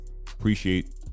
Appreciate